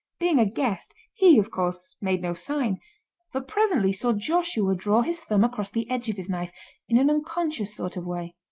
being a guest, he, of course, made no sign but presently saw joshua draw his thumb across the edge of his knife in an unconscious sort of way.